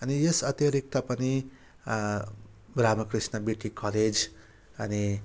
यस अतिरिक्त पनि Ramakrishna BT college अनि